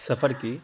سفر کی